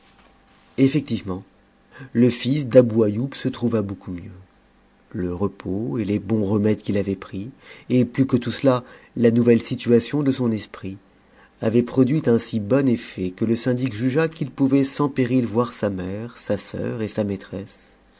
effectivement le fils d'abou aioub se trouvabeaucoup mieux le repos et les bons remèdes qu'il avait pris et plus que tout cela la nouvelle situation de son esprit avaient produit un si bon effet que le syndic jugea qu'il pouvait sans péril voir sa mère sa soeur et sa maîtresse